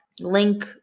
link